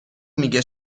میگه